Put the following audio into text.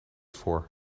voor